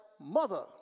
mother